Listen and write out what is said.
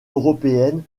européenne